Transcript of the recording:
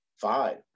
five